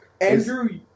Andrew